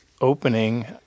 opening